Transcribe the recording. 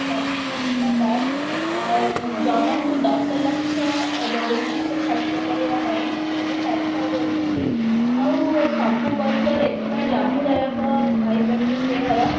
ସ୍ଵାସ୍ଥ୍ୟବୀମା card ଜଣଙ୍କୁ ଦଶ ଲକ୍ଷ ଦଉଛି ସେ ଖର୍ଚ୍ଚ କରିବା ପାଇଁ ସେଇଟା ସରକାର ଦେଉଛନ୍ତି ଆଉ ସବୁ ପରିବାର ଏଥିପାଇଁ ଲାଭଦାୟକ ପାଇପାରୁଛନ୍ତି ଏହାର